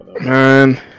Man